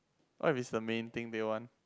what's if it's the main thing they want